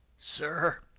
sir,